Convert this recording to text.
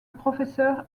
professeur